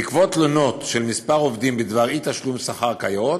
בעקבות תלונות של כמה עובדים בדבר אי-תשלום שכר כיאות,